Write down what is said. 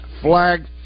flag